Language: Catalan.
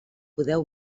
podeu